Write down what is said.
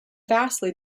vastly